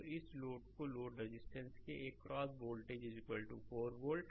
तो इस load resistance के एक्रॉस वोल्टेज 4 वोल्ट